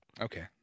Okay